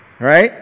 Right